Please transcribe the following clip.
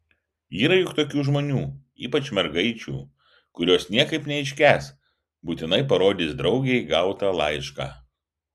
yra juk tokių žmonių ypač mergaičių kurios niekaip neiškęs būtinai parodys draugei gautą laišką